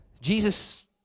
Jesus